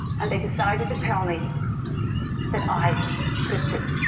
and they decided to tell me that i could see.